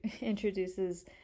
introduces